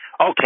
Okay